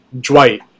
Dwight